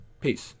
Peace